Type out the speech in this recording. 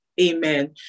Amen